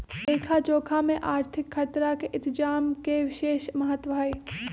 लेखा जोखा में आर्थिक खतरा के इतजाम के विशेष महत्व हइ